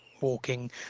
walking